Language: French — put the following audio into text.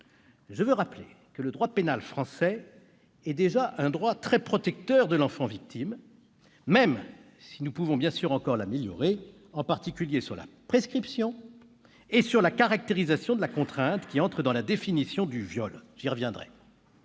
Je veux rappeler que le droit pénal français est déjà un droit très protecteur de l'enfant victime, même si nous pouvons bien sûr encore l'améliorer, en particulier sur la prescription et sur la caractérisation de la contrainte qui entre dans la définition du viol ; j'y reviendrai.